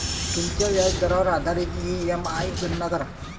तुमच्या व्याजदरावर आधारित ई.एम.आई गणना करा